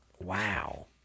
wow